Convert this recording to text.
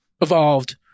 evolved